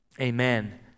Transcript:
Amen